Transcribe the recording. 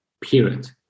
period